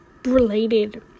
related